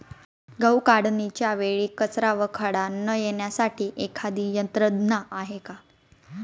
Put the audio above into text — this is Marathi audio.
गहू काढणीच्या वेळी कचरा व खडा न येण्यासाठी एखादी यंत्रणा आहे का?